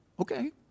okay